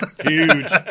Huge